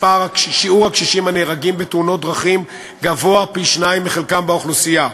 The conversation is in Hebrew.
שיעור הקשישים הנהרגים בתאונות דרכים גבוה פי-שניים מחלקם באוכלוסייה.